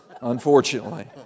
unfortunately